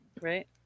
Right